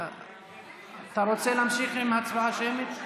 אתה רוצה להמשיך עם הצבעה שמית?